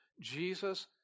Jesus